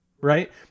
Right